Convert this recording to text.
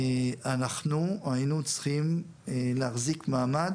אנחנו היינו צריכים להחזיק מעמד